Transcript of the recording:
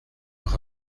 noch